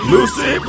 Lucy